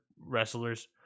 wrestlers